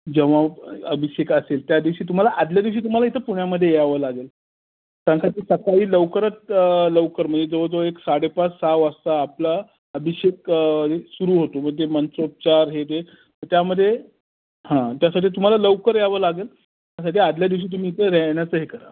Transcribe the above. जेव्हा अभिषेक असेल त्या दिवशी तुम्हाला आधल्या दिवशी तुम्हाला इथे पुण्यामध्ये यावं लागंल कारण काय ते सकाळी लवकरच लवकर म्हणजे जवळजवळ एक साडे पाच सहा वाजता आपला अभिषेक हे सुरू होतो मग ते मंत्रोच्चार हे ते त्यामध्ये हां त्यासाठी तुम्हाला लवकर यावं लागेल त्याच्या आदल्या दिवशी तुम्ही इथे राहण्याचं हे करा